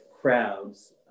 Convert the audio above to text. crowds